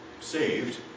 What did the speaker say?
saved